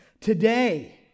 Today